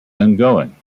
ongoing